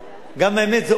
גם האמת היא אופציה.